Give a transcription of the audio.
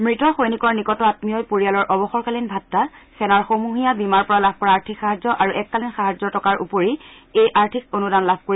মৃত সৈনিকৰ নিকট আম্মীয়ই পৰিয়ালৰ অৱসৰকালীন ভাট্টা সেনাৰ সমূহীয়া বীমাৰ পৰা লাভ কৰা আৰ্থিক সাহায্য আৰু এককালীন সাহায্যৰ টকাৰ পৰা এই আৰ্থিক অনুদান লাভ কৰিব